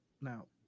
now